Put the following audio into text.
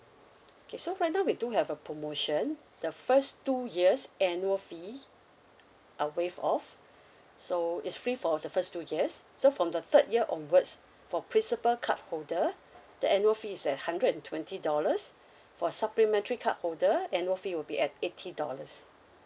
okay so right now we do have a promotion the first two years annual fee uh waive off so it's free for the first two years so from the third year onwards for principal card holder the annual fee is at hundred and twenty dollars for supplementary card holder annual fee would be at eighty dollars